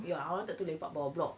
ya I wanted to lepak bawah block